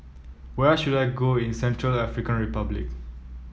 where should I go in Central African Republic